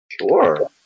Sure